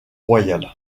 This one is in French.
royal